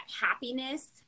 happiness